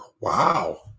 Wow